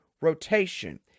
rotation